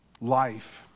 life